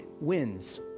wins